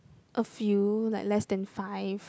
a few like less than five